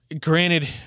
Granted